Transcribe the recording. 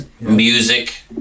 music